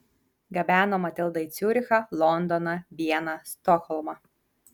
gabeno matildą į ciurichą londoną vieną stokholmą